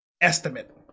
estimate